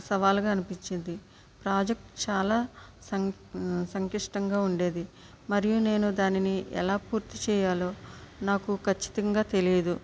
సవాల్గా అనిపించింది ప్రాజెక్ట్ చాలా సమ్ సంక్లిష్టంగా ఉండేది మరియు నేను దానిని ఎలా పూర్తి చేయాలో నాకు కచ్చితంగా తెలియదు